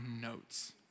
notes